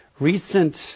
recent